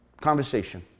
Conversation